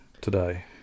Today